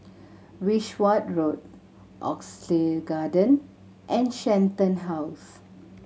Wishart Road Oxley Garden and Shenton House